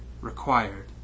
required